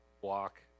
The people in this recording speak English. walk